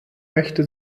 möchte